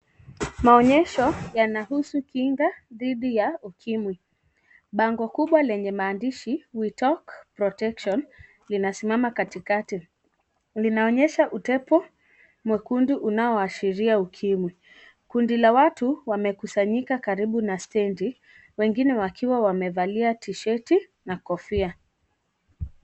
Maonyesho yanahusu kinga dhidi ya ukimwi. Bango kubwa lenye maandishi we talk protection linasimama katikati. Linaonyesha utepo mwekundu unaoashiria ukimwi. Kundi la watu wamekusanyika karibu na stendi wengine wakiwa wamevalia t-shirt na kofia.